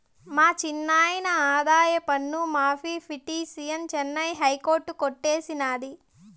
మా చిన్నాయిన ఆదాయపన్ను మాఫీ పిటిసన్ చెన్నై హైకోర్టు కొట్టేసినాది